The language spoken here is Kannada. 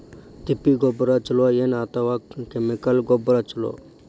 ತಿಪ್ಪಿ ಗೊಬ್ಬರ ಛಲೋ ಏನ್ ಅಥವಾ ಕೆಮಿಕಲ್ ಗೊಬ್ಬರ ಛಲೋ?